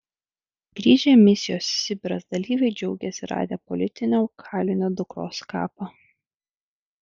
grįžę misijos sibiras dalyviai džiaugiasi radę politinio kalinio dukros kapą